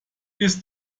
ist